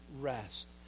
rest